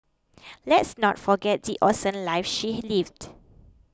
let's not forget the awesome life she lived